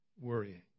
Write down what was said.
worrying